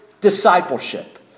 discipleship